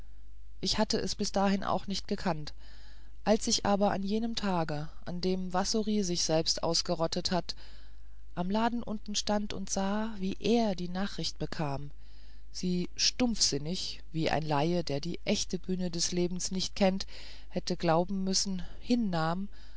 ich hatte es bis dahin auch nicht gekannt als ich aber an jenem tage an dem wassory sich selbst ausgerottet hat am laden unten stand und sah wie er die nachricht bekam sie stumpfsinnig wie ein laie der die echte bühne des lebens nicht kennt hätte glauben müssen hinnahm